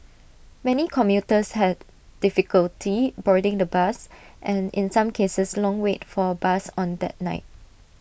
many commuters had difficulty boarding the bus and in some cases long wait for A bus on that night